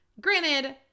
Granted